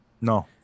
No